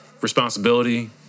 responsibility